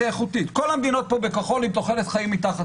כל המדינות פה בכחול עם תוחלת חיים מתחת